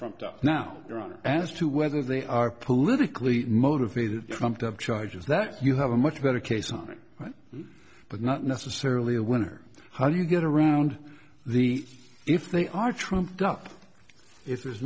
trumped up now there are as to whether they are politically motivated trumped up charges that you have a much better case on it right but not necessarily a winner how do you get around the if they are trumped up if there's